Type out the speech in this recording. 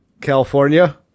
California